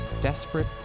desperate